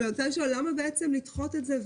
אבל אני רוצה לשאול: למה בעצם לדחות את זה,